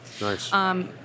Nice